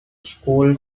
school